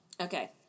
Okay